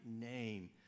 name